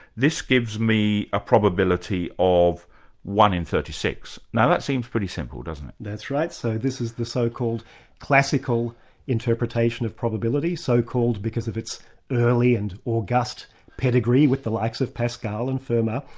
this gives me a probability of one in thirty six. now that seems pretty simple, doesn't it? that's right. so this is the so-called classical interpretation of probability, so called because of its early and august pedigree with the likes of pascal and fermat.